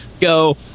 go